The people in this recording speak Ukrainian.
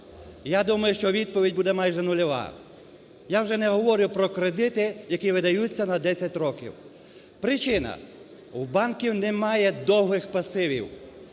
Я думаю, що відповідь буде майже нульова. Я вже не говорю про кредити, які видаються на 10 років. Причина: у банків немає довгих пасивів.